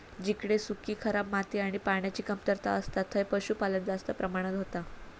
जिकडे सुखी, खराब माती आणि पान्याची कमतरता असता थंय पशुपालन जास्त प्रमाणात होता